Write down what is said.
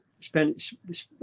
spent